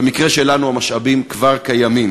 במקרה שלנו המשאבים כבר קיימים,